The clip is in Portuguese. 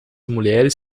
mulheres